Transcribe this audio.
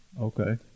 Okay